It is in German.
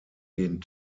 den